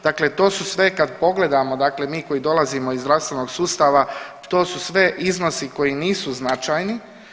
Dakle, to su sve kad pogledamo, dakle mi koji dolazimo iz zdravstvenog sustava, to su sve iznosi koji nisu značajni.